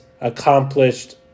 accomplished